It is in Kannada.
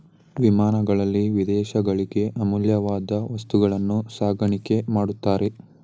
ವಿಮಾನಗಳಲ್ಲಿ ವಿದೇಶಗಳಿಗೆ ಅಮೂಲ್ಯವಾದ ವಸ್ತುಗಳನ್ನು ಸಾಗಾಣಿಕೆ ಮಾಡುತ್ತಾರೆ